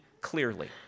clearly